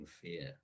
fear